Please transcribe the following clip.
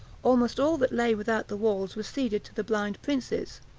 almost all that lay without the walls was ceded to the blind princes,